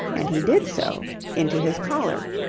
and he did so into his collar.